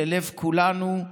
ללב כולנו,